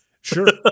sure